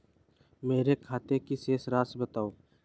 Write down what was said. मेरे खाते की शेष राशि बताओ?